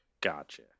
Gotcha